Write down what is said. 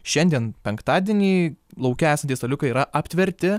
šiandien penktadienį lauke esantys staliukai yra aptverti